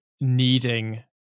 needing